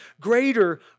greater